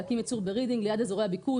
להקים ייצור ברידינג ליד אזורי הביקוש,